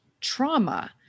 trauma